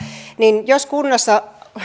niin jos kunnassa